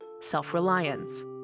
Self-reliance